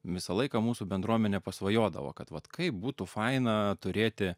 visą laiką mūsų bendruomenė pasvajodavo kad vat kaip būtų faina turėti